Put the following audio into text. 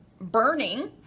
burning